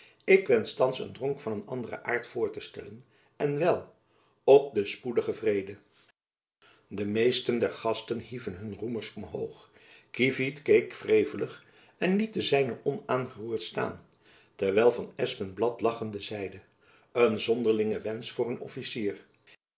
ik wensch thands een dronk van een anderen aart voor te stellen en wel op den spoedigen vrede de meesten der gasten hieven hunne roemers omhoog kievit echter keek wrevelig en liet den zijne onaangeroerd staan terwijl van espenblad lachend zeide een zonderlinge wensch voor een officier